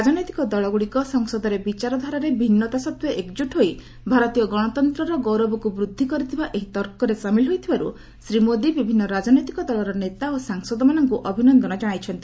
ରାଜନୈତିକ ଦଳଗୁଡିକ ସଂସଦରେ ବିଚାରଧାରାରେ ଭିନ୍ନତା ସତ୍ୱେ ଏକଜୁଟ୍ ହୋଇ ଭାରତୀୟ ଗଣତନ୍ତର ଗୌରବକୁ ବୃଦ୍ଧି କରିଥିବା ଏହି ତର୍କରେ ସାମିଲ ହୋଇଥିବାରୁ ଶ୍ରୀ ମୋଦୀ ବିଭିନ୍ନ ରାଜନୈତିକ ଦଳର ନେତା ଓ ସାଂସଦମାନଙ୍କୁ ଅଭିନନ୍ଦନ କଣାଇଛନ୍ତି